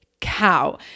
cow